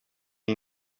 iyi